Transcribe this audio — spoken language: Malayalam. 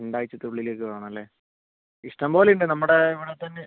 രണ്ടാഴ്ച്ചക്കുള്ളിലേക്ക് വേണം അല്ലേ ഇഷ്ടംപോലെ ഉണ്ട് നമ്മുടെ ഇവിടെത്തന്നെ